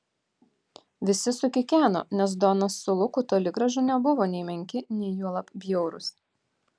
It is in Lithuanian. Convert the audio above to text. visi sukikeno nes donas su luku toli gražu nebuvo nei menki nei juolab bjaurūs